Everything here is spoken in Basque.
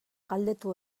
galdetu